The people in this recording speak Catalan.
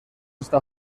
està